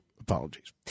Apologies